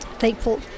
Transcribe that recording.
thankful